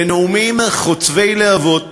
בנאומים חוצבי להבות,